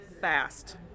fast